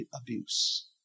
abuse